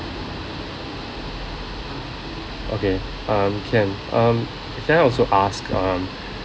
okay um can um can I also ask um